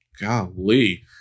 golly